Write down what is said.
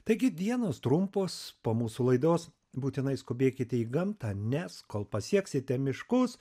taigi dienos trumpos po mūsų laidos būtinai skubėkite į gamtą nes kol pasieksite miškus